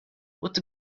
what